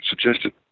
suggested